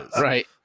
Right